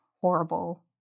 horrible